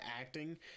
acting